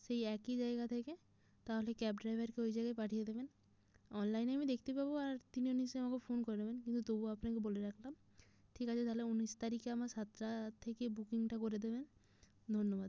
সেই একই জায়গা থেকে তাহলে ক্যাব ড্রাইভারকে ওই জায়গায় পাঠিয়ে দেবেন অনলাইনে আমি দেখতে পাবো আর তিনিও নিশ্চয় আমাকে ফোন করে নেবেন কিন্তু তবুও আপনাকে বলে রাখলাম ঠিক আছে তাহলে উনিশ তারিখে আমার সাতটা থেকে বুকিংটা করে দেবেন ধন্যবাদ